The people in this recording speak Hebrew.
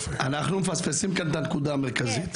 אנחנו מפספסים כאן את הנקודה המרכזית.